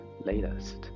latest